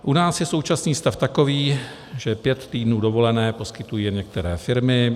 U nás je současný stav takový, že pět týdnů dovolené poskytují jen některé firmy.